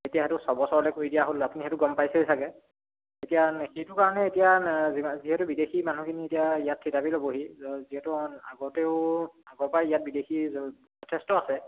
এতিয়া সেইটো ছবছৰলৈ কৰি দিয়া হ'ল আপুনি সেইটো গম পাইছেই চাগৈ এতিয়া সেইটো কাৰণে এতিয়া যিমান যিহেতু বিদেশী মানুহখিনি এতিয়া ইয়াত থিতাপি ল'বহি য যিহেতু আগতেও আগৰপৰাই ইয়াত বিদেশী য যথেষ্ট আছে